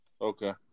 okay